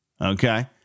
Okay